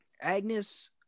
Agnes